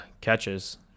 catches